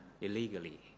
illegally